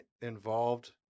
involved